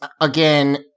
again